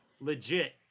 Legit